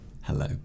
Hello